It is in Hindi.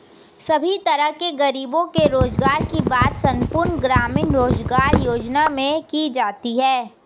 सभी तरह के गरीबों के रोजगार की बात संपूर्ण ग्रामीण रोजगार योजना में की जाती है